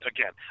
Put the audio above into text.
Again